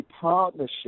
partnership